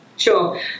Sure